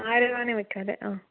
ആരെ വേണേൽ വെക്കാം അല്ലെ ആ